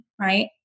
right